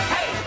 Hey